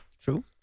True